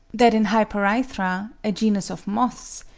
that in hyperythra, a genus of moths,